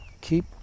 keep